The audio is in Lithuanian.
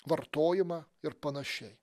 vartojimą ir panašiai